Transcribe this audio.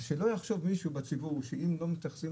שלא יחשוב מישהו בציבור שאם לא מתייחסים